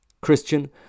Christian